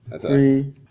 Three